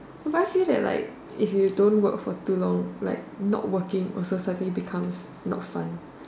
but I feel that like if you don't work for too long like not working also suddenly becomes not fun